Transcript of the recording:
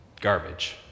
garbage